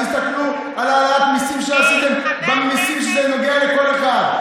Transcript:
תגידו שהאימא האמיתית במשפט שלמה,